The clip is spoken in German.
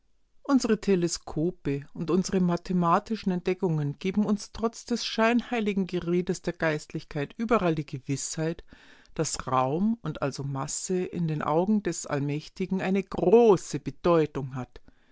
unsre teleskope und unsre mathematischen entdeckungen geben uns trotz des scheinheiligen geredes der geistlichkeit überall die gewißheit daß raum und also masse in den augen des allmächtigen eine große bedeutung hat